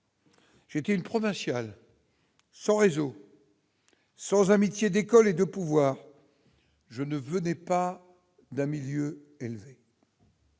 C'était une provinciale sans réseau. Sans métier décoller de pouvoir je ne venait pas d'un milieu élevé.